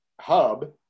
hub